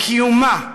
לקיומה,